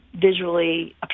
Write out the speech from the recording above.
visually